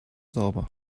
sauber